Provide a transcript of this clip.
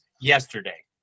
yesterday